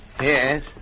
Yes